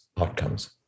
outcomes